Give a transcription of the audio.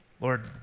Lord